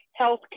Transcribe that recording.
healthcare